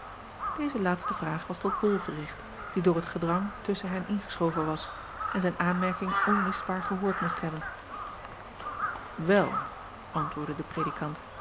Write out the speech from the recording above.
eze laatste vraag was tot ol gericht die door het gedrang tusschen hen ingeschoven was en zijn aanmerking onmisbaar gehoord moest hebben el antwoordde de redikant